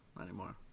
anymore